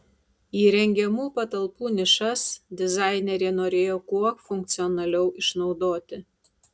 įrengiamų patalpų nišas dizainerė norėjo kuo funkcionaliau išnaudoti